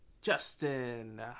Justin